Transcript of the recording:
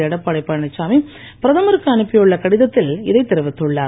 எடப்பாடி பழனிசாமி பிரதமருக்கு அனுப்பியுள்ள கடிதத்தில் இதை தெரிவித்துள்ளார்